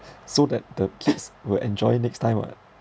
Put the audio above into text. so that the kids will enjoy next time [what]